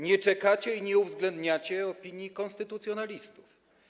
Nie czekacie i nie uwzględniacie opinii konstytucjonalistów.